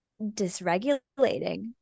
dysregulating